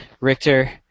Richter